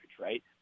right